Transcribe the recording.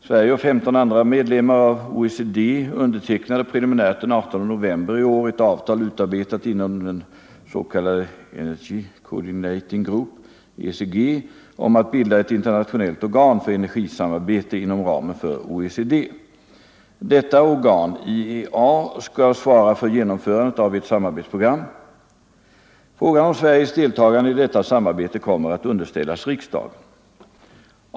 Sverige och 15 andra medlemmar av OECD undertecknade preliminärt den 18 november i år ett avtal — utarbetat inom den s.k. Energy Coordinating Group - om att bilda ett internationellt organ för energisamarbete inom ramen för OECD. Detta organ, International Energy Agency , skall svara för genomförandet av ett samarbetsprogram, International Energy Program . Frågan om Sveriges deltagande i detta samarbete kommer att underställas riksdagen.